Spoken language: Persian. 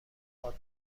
باد